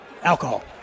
Alcohol